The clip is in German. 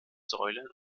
säulen